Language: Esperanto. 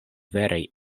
veraj